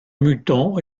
mutant